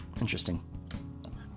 Interesting